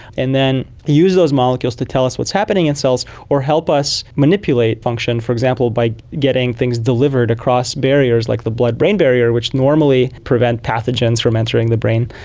and then use those molecules to tell us what's happening in cells or help us manipulate function, for example by getting things delivered across barriers like the blood-brain barrier which normally prevent pathogens from entering the brain,